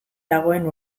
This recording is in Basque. dagoen